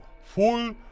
full